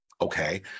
okay